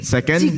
Second